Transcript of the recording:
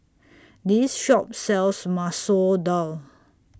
This Shop sells Masoor Dal